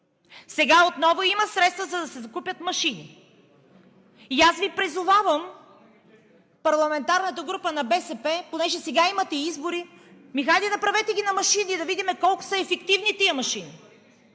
Сега отново има средства, за да се закупят машини и аз Ви призовавам – парламентарната група на БСП, понеже сега имате избори, ами, хайде направете ги на машини, за да видим колко ефективни са тези машини!